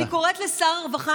אני קוראת לשר הרווחה,